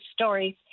stories